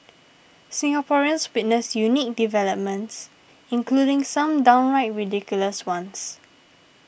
Singaporeans witnessed unique developments including some downright ridiculous ones